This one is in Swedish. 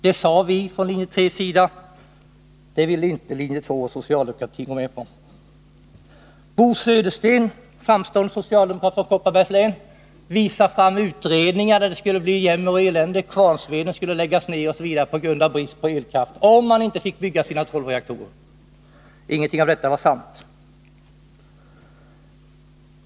Det sade vi från linje 3:s sida. Det ville linje 2 och socialdemokratin inte gå med på. Bo Södersten, framstående socialdemokrat från Kopparbergs län, visade fram utredningar, enligt vilka det skulle bli jämmer och elände. Kvarnsveden skulle läggas ned osv. på grund av brist på elkraft, om man inte fick bygga sina tolv reaktorer. Ingenting av detta var sant.